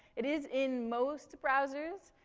it is in most browsers,